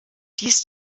dies